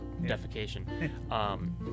defecation